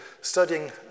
studying